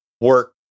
work